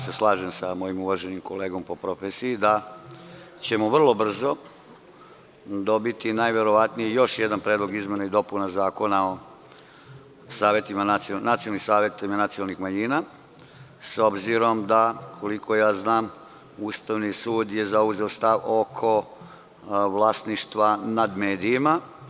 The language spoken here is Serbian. Slažem se sa mojim uvaženim kolegom po profesiji da ćemo vrlo brzo dobiti najverovatnije još jedan predlog izmena i dopuna Zakona o nacionalnim savetima nacionalnih manjina, s obzirom da, koliko ja znam, Ustavni sud je zauzeo stav oko vlasništva nad medijima.